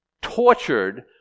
tortured